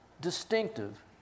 distinctive